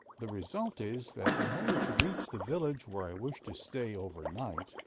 the result is, that, in order to reach the village where i wish to stay over night,